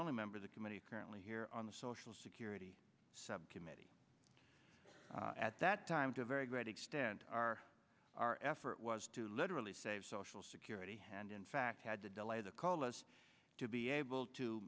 only member of the committee currently here on the social security subcommittee at that time to a very great extent our our effort was to literally save social security hand in fact had to delay the call us to be able to